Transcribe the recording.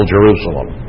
Jerusalem